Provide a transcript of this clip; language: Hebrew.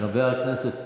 חבר הכנסת פינדרוס.